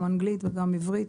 גם אנגלית וגם עברית.